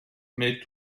mais